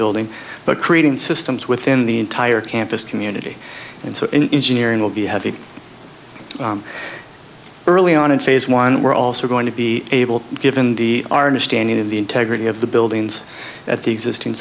building but creating systems within the entire campus community and so will be heavy early on in phase one we're also going to be able given the our new standing in the integrity of the buildings at the existing